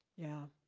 yeah,